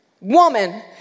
Woman